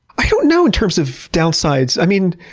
i don't know in terms of downsides. i mean,